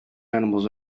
animals